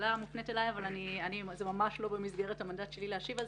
השאלה מופנית אלי אבל זה ממש לא במסגרת המנדט שלי להשיב עליה.